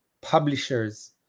publishers